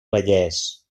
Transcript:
vallès